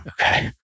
Okay